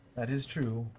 that is true.